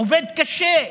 עובד קשה,